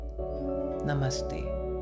Namaste